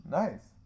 nice